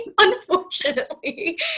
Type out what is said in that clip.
unfortunately